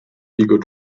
ego